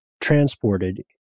transported